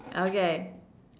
okay